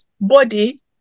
body